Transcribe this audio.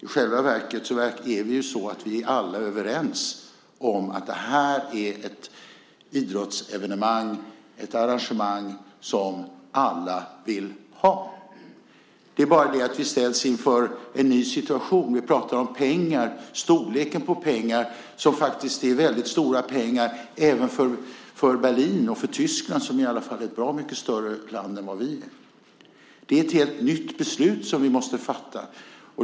I själva verket är vi alla överens om att detta är ett idrottsevenemang som alla vill ha. Det är bara det att vi ställs inför en ny situation. Vi talar om väldigt stora pengar. Det är faktiskt väldigt stora pengar även för Berlin och för Tyskland som i alla fall är ett bra mycket större land än Sverige. Det är ett helt nytt beslut som vi måste fatta.